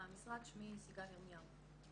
שמי סיגל ירמיהו.